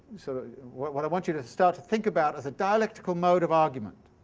so what what i want you to start to think about, is a dialectical mode of argument.